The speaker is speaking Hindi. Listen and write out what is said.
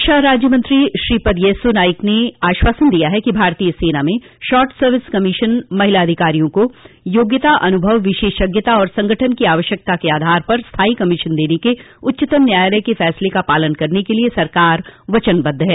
रक्षा राज्यमंत्री श्रीपद येस्सो नाइक ने आश्वासन दिया है कि भारतीय सेना में शॉर्ट सर्विस कमीशन महिला अधिकारियों को योग्यता अन्भव विशेषज्ञता और संगठन की आवश्यकता के आधार पर स्थायी कमीशन देने के उच्चतम न्यायालय के फैसले का पालन करने के लिए सरकार वचनबद्ध है